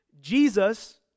Jesus